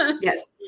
Yes